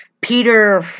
Peter